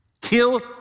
kill